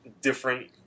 Different